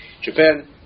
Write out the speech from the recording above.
Japan